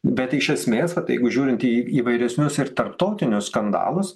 bet iš esmės vat jeigu žiūrintieji įvairesnius ir tarptautinius skandalus